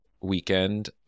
weekend